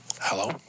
Hello